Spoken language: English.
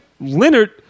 Leonard